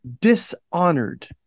dishonored